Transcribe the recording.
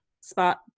spot